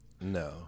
No